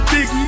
Big